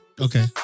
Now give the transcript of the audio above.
Okay